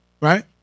right